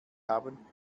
haben